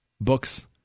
Books